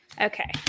Okay